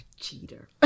cheater